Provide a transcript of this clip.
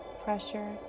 pressure